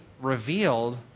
revealed